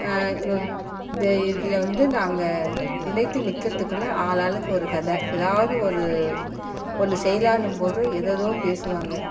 இது இதில் வந்து நாங்கள் நிலைத்து நிக்கிறதுக்குள்ள ஆளாளுக்கு ஒரு கதை எதாவது ஒரு ஒன்று செய்யலாம்னும் போது ஏதேதோ பேசுவாங்க